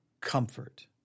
comfort